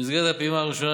במסגרת הפעימה הראשונה,